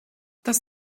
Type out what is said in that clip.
das